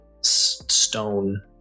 stone